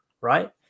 right